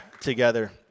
together